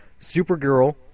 Supergirl